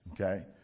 Okay